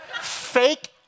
fake